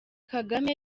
kagame